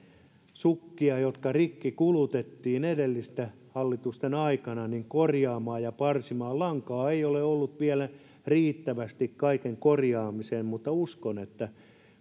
sukkia jotka rikki kulutettiin edellisten hallitusten aikana korjaamaan ja parsimaan lankaa ei ole ollut vielä riittävästi kaiken korjaamiseen mutta uskon että